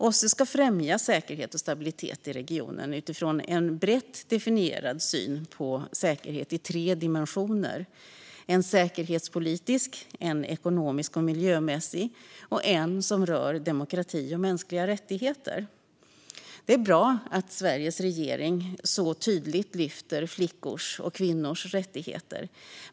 OSSE ska främja säkerhet och stabilitet i regionen utifrån en brett definierad syn på säkerhet i tre dimensioner: en säkerhetspolitisk, en ekonomisk och miljömässig samt en som rör demokrati och mänskliga rättigheter. Det är bra att Sveriges regering så tydligt lyfter fram flickors och kvinnors rättigheter.